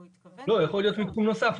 הוא יכול להיות מתחום נוסף,